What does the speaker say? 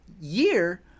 year